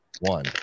One